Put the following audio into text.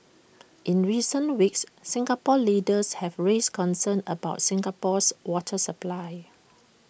in recent weeks Singapore leaders have raised concerns about Singapore's water supply